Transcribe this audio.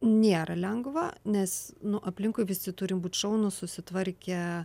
nėra lengva nes nu aplinkui visi turim būti šaunūs susitvarkę